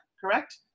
correct